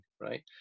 right